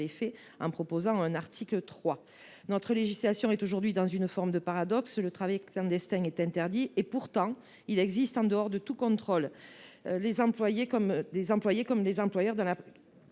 fait en proposant l’article 3. Notre législation est aujourd’hui dans une forme de paradoxe. Le travail clandestin est interdit ; pourtant, il existe en dehors de tout contrôle et les employés comme les employeurs sont